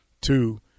Two